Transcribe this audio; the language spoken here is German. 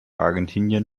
argentinien